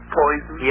poison